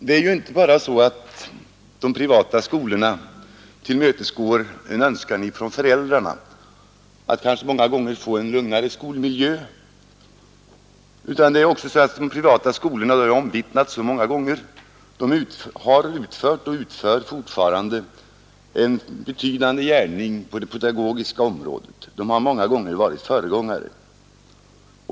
Det är ju inte bara så att de privata skolorna tillmötesgår en önskan från föräldrarna att kanske många gånger få en lugnare skolmiljö, utan de privata skolorna — det är ofta omvittnat — har utfört och utför fortfarande en betydande gärning på det pedagogiska området. De har många gånger varit föregångare.